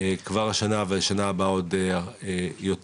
כבר השנה, ושנה הבאה עוד יותר.